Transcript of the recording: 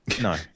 No